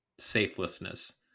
safelessness